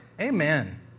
Amen